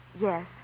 Yes